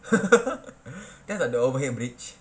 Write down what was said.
kan ada overhead bridge